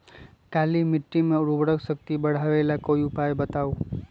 काली मिट्टी में उर्वरक शक्ति बढ़ावे ला कोई उपाय बताउ?